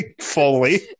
fully